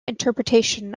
interpretation